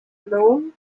known